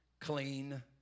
clean